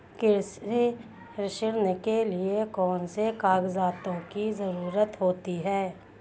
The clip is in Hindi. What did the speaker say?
कृषि ऋण के लिऐ कौन से कागजातों की जरूरत होती है?